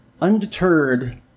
undeterred